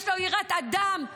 יש לו יראת אדם,